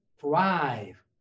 thrive